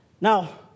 Now